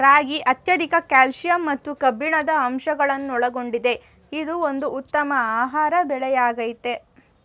ರಾಗಿ ಅತ್ಯಧಿಕ ಕ್ಯಾಲ್ಸಿಯಂ ಮತ್ತು ಕಬ್ಬಿಣದ ಅಂಶಗಳನ್ನೊಳಗೊಂಡಿದೆ ಇದು ಒಂದು ಉತ್ತಮ ಆಹಾರ ಬೆಳೆಯಾಗಯ್ತೆ